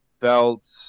felt